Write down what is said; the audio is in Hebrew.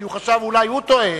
כי הוא חשב שאולי הוא טועה,